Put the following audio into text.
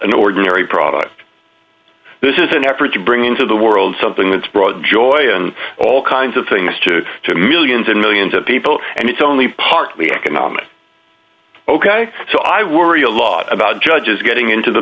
an ordinary product this is an effort to bring into the world something that's brought joy and all kinds of things to to millions and millions of people and it's only partly economic ok so i worry a lot about judges getting into the